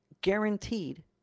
guaranteed